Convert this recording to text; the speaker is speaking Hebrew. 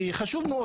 כי חשוב מאוד,